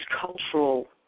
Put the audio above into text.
cultural